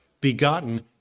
begotten